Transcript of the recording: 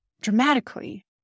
dramatically